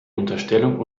unterstellung